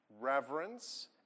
reverence